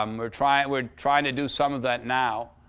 um we're trying we're trying to do some of that now.